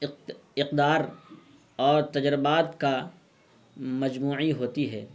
اقدار اور تجربات کا مجموعی ہوتی ہے